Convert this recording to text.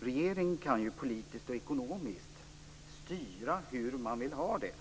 regeringen kan ju politiskt och ekonomiskt styra hur man vill ha det.